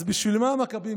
אז בשביל מה המכבים?